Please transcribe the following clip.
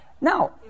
Now